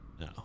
No